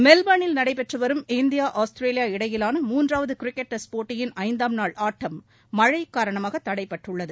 மெல்பேர்னில் நடைபெற்றுவரும் India Australia இடையிலான மூன்றாவது கிரிக்கெட் டெஸ்ட் போட்டியின் ஐந்தாம் நாள் ஆட்டம் மழை காரணமாக தடைபட்டுள்ளது